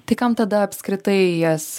tai kam tada apskritai jas